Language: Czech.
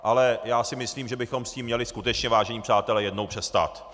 Ale já si myslím, že bychom s tím měli skutečně, vážení přátelé, jednou přestat.